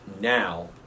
now